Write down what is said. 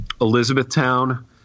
Elizabethtown